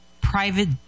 private